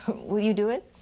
will you do it?